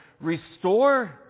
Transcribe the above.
Restore